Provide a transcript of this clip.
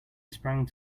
sprang